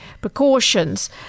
precautions